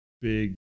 big